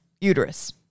uterus